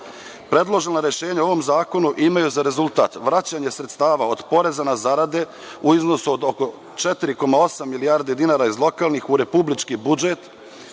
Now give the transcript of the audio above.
Predložena rešenja ovom zakonu imaju za rezultat vraćanje sredstava od poreza na zarade u iznosu od oko 4,8 milijardi dinara iz lokalnih u republički budžet,